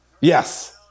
Yes